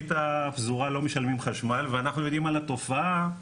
שמרבית הפזורה לא משלמים חשמל ואנחנו יודעים על התופעה,